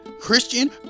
Christian